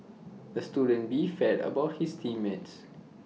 the student beefed about his team mates